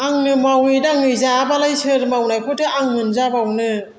आंनो मावै दाङै जायाबालाय सोर मावनायखौथो आं मोनजाबावनो